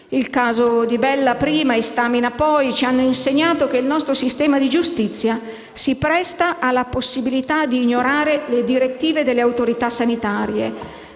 Il caso Di Bella prima e Stamina poi ci hanno insegnato che il nostro sistema di giustizia si presta alla possibilità di ignorare le direttive delle autorità sanitarie.